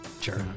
Sure